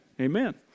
Amen